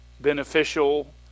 beneficial